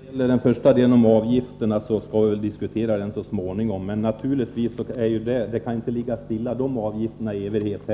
Herr talman! Den första delen av det som Knut Wachtmeister berör, nämligen avgifterna, skall vi diskutera så småningom. Men de avgifterna kan inte ligga stilla i evighet.